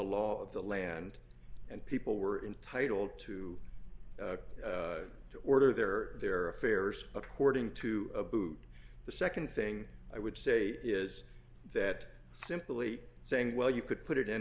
law of the land and people were entitled to to order their their affairs according to boot the nd thing i would say is that simply saying well you could put it in